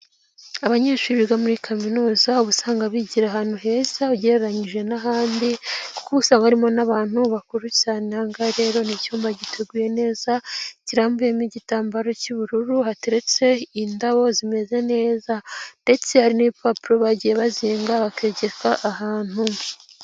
Abanyeshuri biga muri kaminuza uba usanga bigira ahantu heza ugereranyije n'ahandi, kuko uba usanga harimo n'abantu bakuru cyane. Ahangaha rero ni icyumba giteguye neza kirambuyemo igitambaro cy'ubururu hateretse indabo zimeze neza ndetse n'ibipapuro bagiye bazinga bakegeka ahantu.